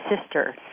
sister